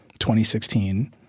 2016